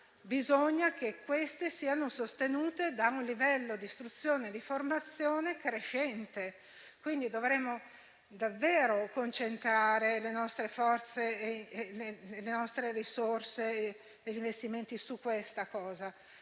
bisogna che queste siano sostenute da un livello di istruzione e formazione crescente. Quindi, dovremmo davvero concentrare le nostre forze, le nostre risorse e i nostri investimenti su questo